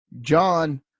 John